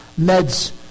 meds